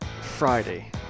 Friday